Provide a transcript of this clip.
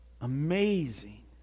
Amazing